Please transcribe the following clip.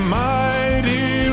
mighty